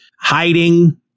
hiding